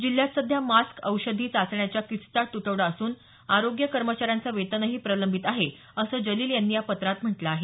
जिल्ह्यात सध्या मास्क औषधी चाचण्याच्या किट्सचा तुटवडा असून आरोग्य कर्मचाऱ्यांचं वेतनही प्रलंबित आहे असं जलील यांनी या पत्रात म्हटल आहे